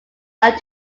are